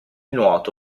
nuoto